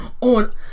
on